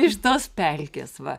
iš tos pelkės va